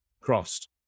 crossed